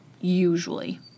usually